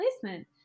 placement